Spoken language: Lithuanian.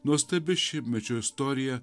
nuostabi šimtmečių istorija